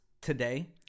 today